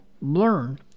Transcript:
learn